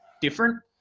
different